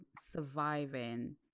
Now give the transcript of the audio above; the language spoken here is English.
surviving